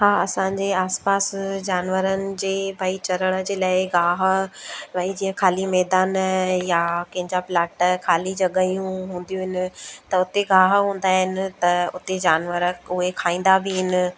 हा असांजे आसपास जानवरनि जे भई चरण जे लाइ गांहि भई जीअं ख़ाली मैदान या कंहिंजा प्लाट ख़ाली जॻहियूं हूंदियूं आहिनि त उते गांहि हूंदा आहिनि त उते जानवर उहे खाईंदा बि इन